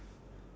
ya